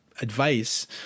advice